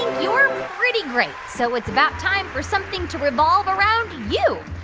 you're pretty great, so it's about time for something to revolve around you.